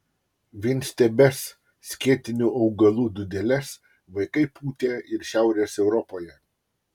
vienstiebes skėtinių augalų dūdeles vaikai pūtė ir šiaurės europoje